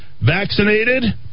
vaccinated